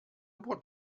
what